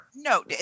No